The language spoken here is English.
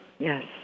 Yes